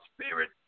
spirit